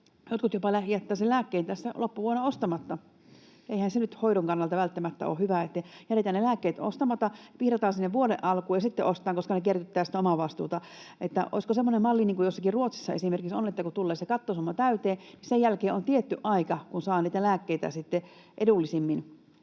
Jotkut jopa jättävät sen lääkkeen tässä loppuvuonna ostamatta. Eihän se nyt hoidon kannalta välttämättä ole hyvä, että jätetään ne lääkkeet ostamatta, pihdataan sinne vuoden alkuun ja sitten ostetaan, koska ne kerryttävät sitä omavastuuta. Olisiko semmoinen malli hyvä, niin kuin jossakin Ruotsissa esimerkiksi on, että kun tulee se kattosumma täyteen, niin sen jälkeen on tietty aika, kun saa niitä lääkkeitä sitten edullisemmin,